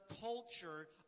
culture